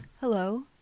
Hello